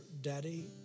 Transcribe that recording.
Daddy